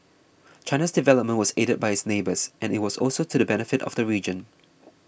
China's development was aided by its neighbours and it was also to the benefit of the region